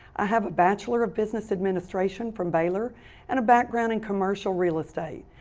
i have a bachelor of business administration from baylor and a background in commercial real estate.